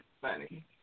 funny